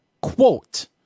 Quote